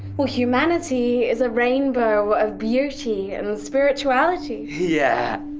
when humanity is a rainbow of beauty and spirituality? yeah!